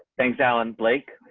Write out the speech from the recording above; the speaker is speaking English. thanks, alan blake.